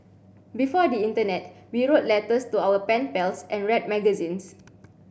before the internet we wrote letters to our pen pals and read magazines